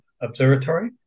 observatory